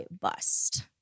bust